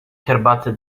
herbaty